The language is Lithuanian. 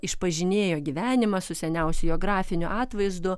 išpažinėjo gyvenimą su seniausiu jo grafiniu atvaizdu